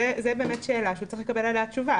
זאת באמת שאלה שהוא צריך לקבל עליה תשובה.